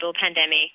pandemic